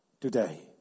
today